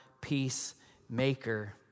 peacemaker